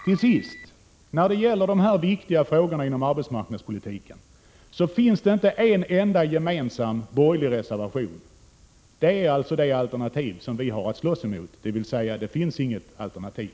Till sist: När det gäller dessa viktiga frågor inom arbetsmarknadspolitiken finns det inte en enda gemensam borgerlig reservation. Det är alltså det 6 alternativ vi har att slåss emot, dvs. det finns inget alternativ.